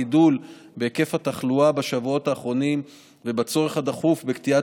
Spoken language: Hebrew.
לנוכח הגידול בהיקף התחלואה בשבועות האחרונים ובצורך הדחוף בקטיעת